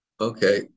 Okay